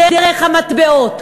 דרך המטבעות.